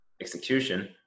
execution